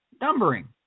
numbering